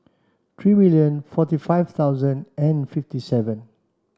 three million forty five thousand and fifty seven